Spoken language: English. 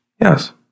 Yes